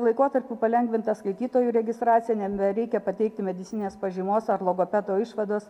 laikotarpiu palengvinta skaitytojų registracija nebereikia pateikti medicininės pažymos ar logopedo išvados